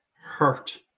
hurt